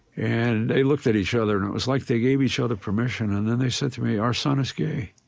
and they looked at each other and it was like they gave each other permission and then they said to me, our son is gay.